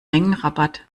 mengenrabatt